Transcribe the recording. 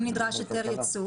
אם נדרש היתר יצוא.